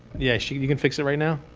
yeah, you can you can fix it right now.